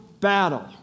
battle